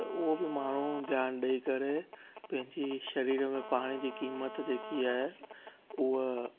त उहो बि माण्हू ध्यानु ॾेई करे पंहिंजी शरीर में पाणी जी क़ीमत जेकी आहे उहा